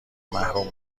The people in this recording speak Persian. محروم